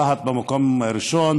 רהט במקום הראשון,